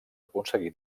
aconseguí